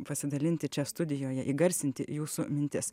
pasidalinti čia studijoje įgarsinti jūsų mintis